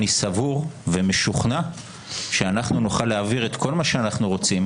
אני סבור ומשוכנע שנוכל להעביר את כל מה שאנחנו רוצים,